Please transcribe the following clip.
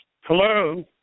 Hello